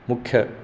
मुख्य